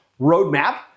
roadmap